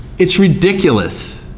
it's ridiculous,